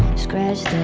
scratch